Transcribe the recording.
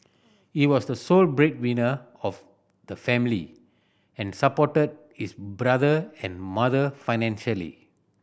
he was the sole breadwinner of the family and supported his brother and mother financially